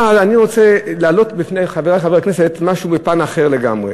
אבל אני רוצה להעלות בפני חברי חברי הכנסת משהו בפן אחר לגמרי.